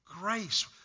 grace